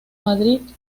madrid